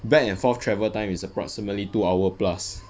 back and forth travel time is approximately two hour plus